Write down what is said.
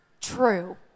true